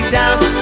down